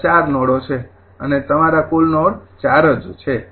આ ૪ નોડો છે અને તમારા કુલ નોડ ૪ છે